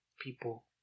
people